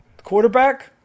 quarterback